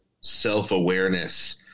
self-awareness